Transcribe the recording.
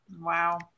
wow